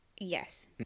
Yes